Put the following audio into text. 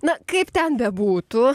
na kaip ten bebūtų